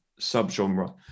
subgenre